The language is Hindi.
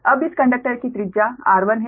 अब इस कंडक्टर की त्रिज्या r1 है